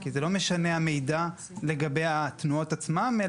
כי המידע לגבי התנועות עצמן לא משנה,